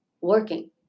working